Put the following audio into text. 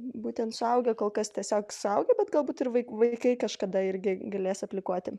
būtent suaugę kol kas tiesiog suaugę bet galbūt ir vai vaikai kažkada irgi galės aplikuoti